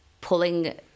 pulling